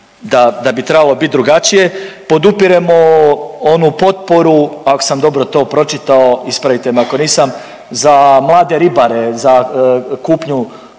da bi trebalo bit drugačije, podupiremo onu potporu, ako sam dobro to pročitao ispravite me ako nisam, za mlade ribare, za kupnju